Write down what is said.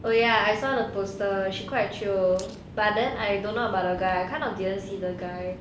oh ya I saw the poster she quite chio but then I don't know about the guy kind of didn't see the guy